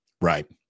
Right